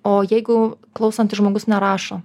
o jeigu klausantis žmogus nerašo